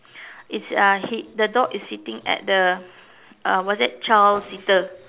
it's uh he the dog is sitting at the uh what's that child seater